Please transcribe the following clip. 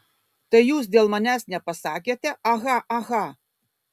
tai jūs dėl manęs nepasakėte aha aha